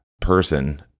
person